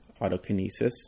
autokinesis